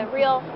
real